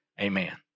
Amen